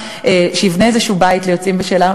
שיבנה בית כלשהו ליוצאים בשאלה,